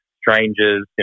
strangers